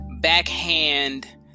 backhand